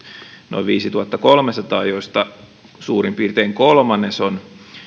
noin viisituhattakolmesataa joista suurin piirtein kolmannes on